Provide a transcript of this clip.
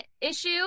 issue